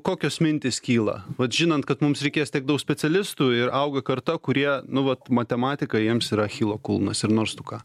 kokios mintys kyla vat žinant kad mums reikės tiek daug specialistų ir auga karta kurie nu vat matematika jiems yra achilo kulnas ir nors tu ką